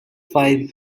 five